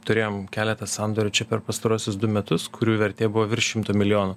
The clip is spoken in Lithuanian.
turėjom keletą sandorių čia per pastaruosius du metus kurių vertė buvo virš šimto milijonų